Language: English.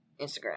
Instagram